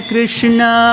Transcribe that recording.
Krishna